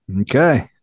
Okay